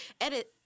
edit